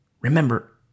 Remember